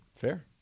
Fair